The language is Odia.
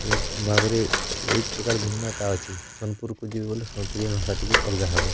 ଏହି ଭାବରେ ଏହି ପ୍ରକାର ଭିନ୍ନତା ଅଛି ସୋନପୁରକୁ ଗଲେ ସୋନପୁରିଆ ଭାଷା ଟିକେ ଅଲଗା ହେବ